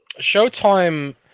Showtime